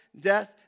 death